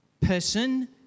person